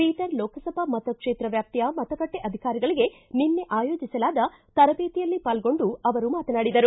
ಬೀದರ ಲೋಕಸಭಾ ಮತಕ್ಷೇತ್ರ ವ್ಟಾಪ್ತಿಯ ಮತಗಟ್ಟೆ ಅಧಿಕಾರಿಗಳಿಗೆ ನಿನ್ನೆ ಆಯೋಜಿಸಲಾದ ತರಬೇತಿಯಲ್ಲಿ ಪಾಲ್ಗೊಂಡು ಅವರು ಮಾತನಾಡಿದರು